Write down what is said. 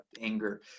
anger